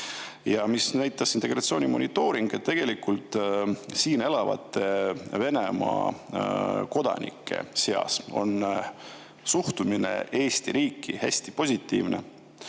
Ja mida näitas integratsioonimonitooring? Tegelikult siin elavate Venemaa kodanike seas on suhtumine Eesti riiki hästi positiivne.